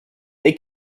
they